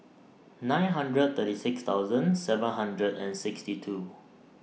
nine hundred thirty six thousand seven hundred and sixty two